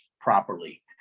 properly